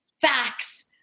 facts